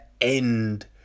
end